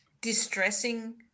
distressing